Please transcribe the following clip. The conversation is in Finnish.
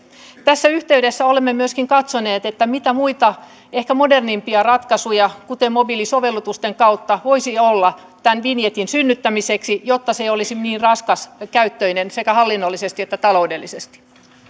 tässä yhteydessä olemme myöskin katsoneet mitä muita ehkä modernimpia ratkaisuja kuten mobiilisovellutukset voisi olla vinjetin synnyttämiseksi jotta se ei olisi niin raskaskäyttöinen sekä hallinnollisesti että taloudellisesti